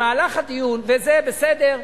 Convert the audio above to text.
זה בסדר,